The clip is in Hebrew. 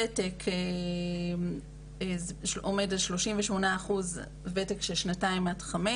עניין הוותק עומד על 38% - וותק של שנתיים עד חמש